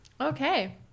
Okay